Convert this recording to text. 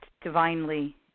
divinely